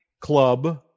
club